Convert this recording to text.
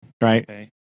right